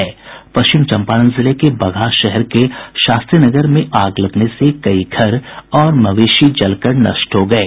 पश्चिमी चंपारण जिले के बगहा शहर के शास्त्रीनगर में आग लगने से कई घर और मवेशी जलकर नष्ट हो गये